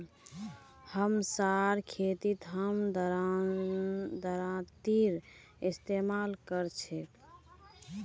हमसार खेतत हम दरांतीर इस्तेमाल कर छेक